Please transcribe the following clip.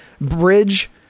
bridge